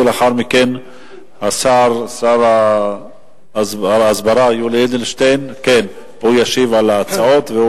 ולאחר מכן שר ההסברה יולי אדלשטיין ישיב על ההצעות,